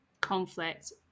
conflict